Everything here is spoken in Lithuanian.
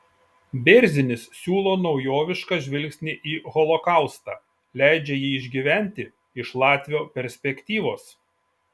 bėrzinis siūlo naujovišką žvilgsnį į holokaustą leidžia jį išgyventi iš latvio perspektyvos